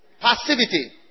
Passivity